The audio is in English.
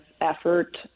effort –